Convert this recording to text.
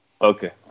Okay